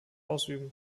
ausüben